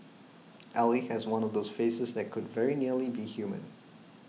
Ally has one of those faces that could very nearly be human